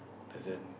doesn't